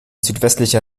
südwestlicher